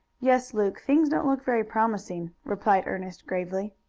yes, luke, things don't look very promising, replied ernest gravely.